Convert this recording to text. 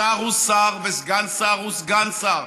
שר הוא שר וסגן שר הוא סגן שר,